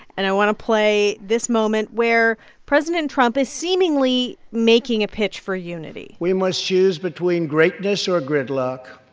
and i want to play this moment where president trump is seemingly making a pitch for unity we must choose between greatness or gridlock,